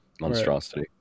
monstrosity